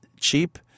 cheap